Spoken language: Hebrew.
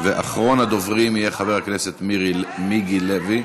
אחרון הדוברים יהיה חבר הכנסת מיקי לוי,